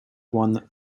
won